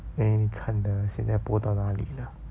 then 你看的现在播到哪里 liao